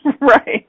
Right